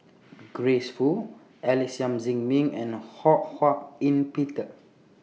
Grace Fu Alex Yam Ziming and Ho Hak Ean Peter